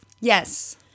Yes